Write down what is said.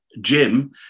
Jim